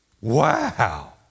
Wow